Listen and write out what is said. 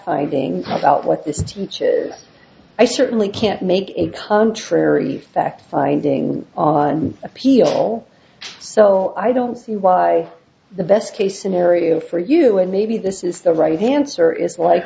finding out what this teaches i certainly can't make a contrary fact finding on appeal so i don't see why the best case scenario for you and maybe this is the right hansard is like